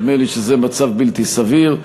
נדמה לי שזה מצב בלתי סביר.